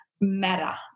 matter